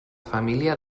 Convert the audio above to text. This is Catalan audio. família